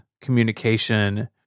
communication